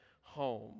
home